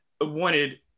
wanted